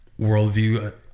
worldview